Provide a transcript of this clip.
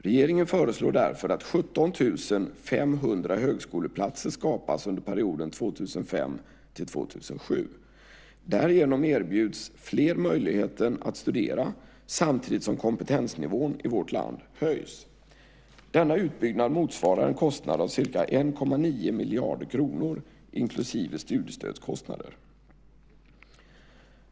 Regeringen föreslår därför att 17 500 högskoleplatser skapas under perioden 2005-2007. Därigenom erbjuds fler möjligheten att studera samtidigt som kompetensnivån i vårt land höjs. Denna utbyggnad motsvarar en kostnad av ca 1,9 miljarder kronor, inklusive studiestödskostnader.